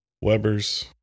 webers